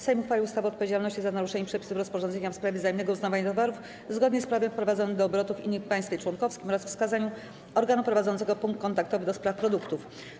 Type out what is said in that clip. Sejm uchwalił ustawę o odpowiedzialności za naruszenie przepisów rozporządzenia w sprawie wzajemnego uznawania towarów zgodnie z prawem wprowadzonych do obrotu w innym państwie członkowskim oraz wskazaniu organu prowadzącego punkt kontaktowy do spraw produktów.